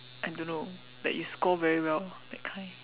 I don't know that you score very well that kind